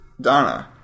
Donna